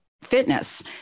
fitness